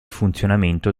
funzionamento